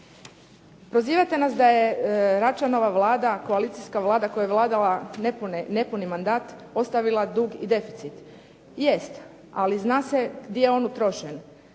Prozivate nas da je Račanova Vlada, koalicijska Vlada koja je vladala nepuni mandat ostavila dug i deficit. Jest, ali zna se gdje je on utrošen.